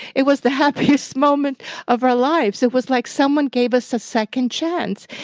it was the happiest moment of our lives. it was like somebody gave us a second chance,